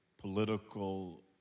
political